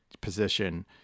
position